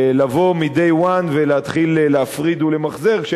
לבוא מ-day one ולהתחיל להפריד ולמחזר,